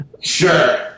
Sure